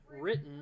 written